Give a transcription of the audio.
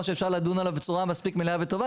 שאפשר לדון עליו בצורה מספיק מלאה וטובה.